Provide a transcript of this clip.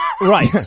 Right